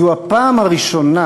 זו הפעם הראשונה